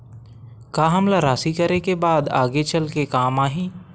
का हमला राशि करे के बाद आगे चल के काम आही?